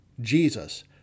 Jesus